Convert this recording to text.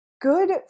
Good